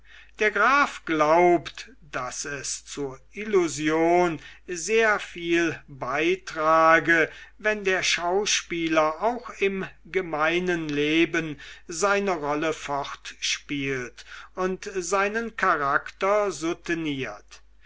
der graf glaubt daß es zur illusion sehr viel beitrage wenn der schauspieler auch im gemeinen leben seine rolle fortspielt und seinen charakter souteniert